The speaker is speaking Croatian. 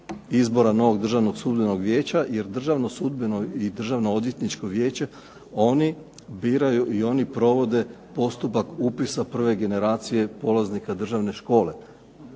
izbora novog Državnog sudbenog vijeća jer Državno sudbeno i Državno odvjetničko vijeće oni biraju i oni provode postupak upisa prve generacije polaznika Državne škole